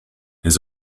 his